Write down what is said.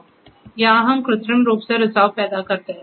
यहां हम कृत्रिम रूप से रिसाव पैदा करते हैं